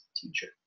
teacher